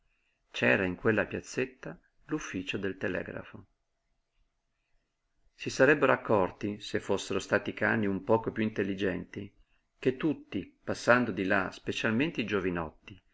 c'era in quella piazzetta l'ufficio del telegrafo si sarebbero accorti se fossero stati cani un poco piú intelligenti che tutti passando di là specialmente i giovinotti